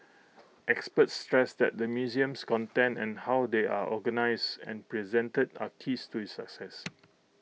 experts stressed that the museum's contents and how they are organised and presented are keys to its success